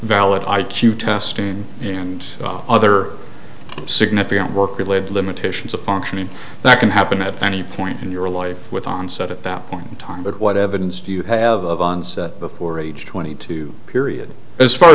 valid i q testing and other significant work related limitations of functioning that can happen at any point in your life with onset at that point in time but what evidence do you have of onset before age twenty two period as far